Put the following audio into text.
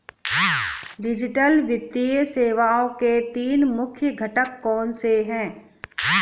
digital वित्तीय सेवाओं के तीन मुख्य घटक कौनसे हैं